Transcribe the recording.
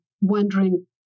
wondering